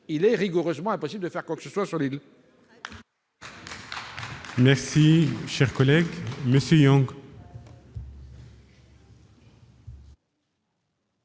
il sera rigoureusement impossible de faire quoi que ce soit sur ces